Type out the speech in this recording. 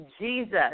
Jesus